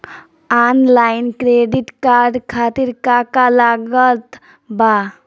Online credit card खातिर का का लागत बा?